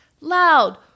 Loud